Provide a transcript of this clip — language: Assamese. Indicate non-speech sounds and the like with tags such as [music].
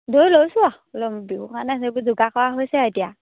দৈ লৈছো [unintelligible] অলপ বিহুৰ কাৰণে সেইবোৰ যোগাগ কৰা হৈছে এতিয়া